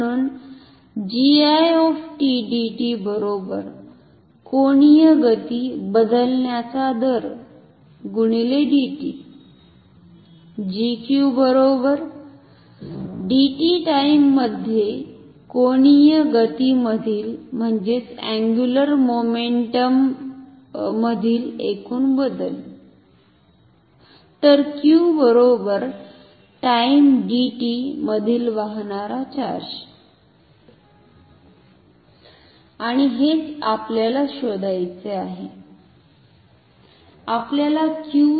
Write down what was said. म्हणून GI dt कोनीय गती बदलण्याचा दर x dt GQ dt time मधे कोनीय गतीमधील एकूण बदल Q time dt मधील वाहणारा चार्ज आणि हेच आपल्याला शोधायचे आहे आपल्याला Q